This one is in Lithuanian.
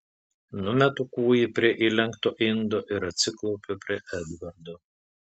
numetu kūjį prie įlenkto indo ir atsiklaupiu prie edvardo